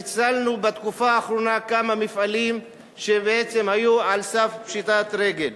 בתקופה האחרונה הצלנו כמה מפעלים שהיו על סף פשיטת רגל.